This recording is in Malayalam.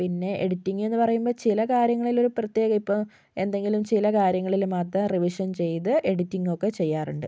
പിന്നെ എഡിറ്റിംഗ് എന്നു പറയുമ്പോൾ ചില കാര്യങ്ങളിൽ ഒരു പ്രത്യേകം ഇപ്പം എന്തെങ്കിലും ചില കാര്യങ്ങളിൽ മാത്രം റിവിഷൻ ചെയ്ത് എഡിറ്റിംഗ് ഒക്കെ ചെയ്യാറുണ്ട്